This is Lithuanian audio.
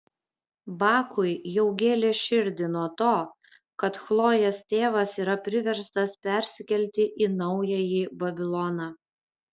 bakui jau gėlė širdį nuo to kad chlojės tėvas yra priverstas persikelti į naująjį babiloną